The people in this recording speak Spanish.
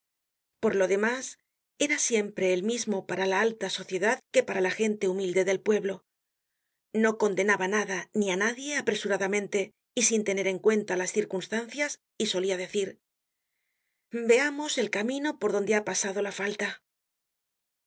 por lo demás era siempre el mismo para la alta sociedad que para la gente humilde del pueblo no condenaba nada ni á nadie apresuradamente y sin tener en cuenta las circunstancias y solia decir veamos el camino por donde ha pasado la falta